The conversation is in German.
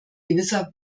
gewisser